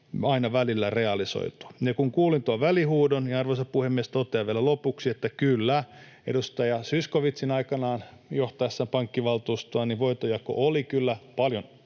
aina välillä realisoitua. Ja kun kuulin tuon välihuudon, niin, arvoisa puhemies, totean vielä lopuksi, että kyllä, edustaja Zyskowiczin aikanaan johtaessa pankkivaltuustoa voitonjako oli kyllä paljon,